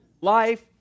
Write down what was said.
Life